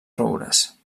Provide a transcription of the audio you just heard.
roures